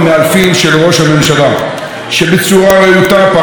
שבצורה רהוטה פרס בפנינו לאורך ולרוחב את